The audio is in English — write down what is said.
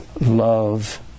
love